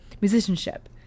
musicianship